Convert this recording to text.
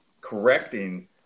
correcting